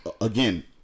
again